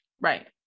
Right